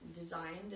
designed